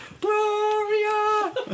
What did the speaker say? Gloria